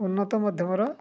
ଉନ୍ନତ ମଧ୍ୟମର